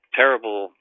terrible